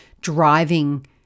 driving